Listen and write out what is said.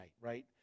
right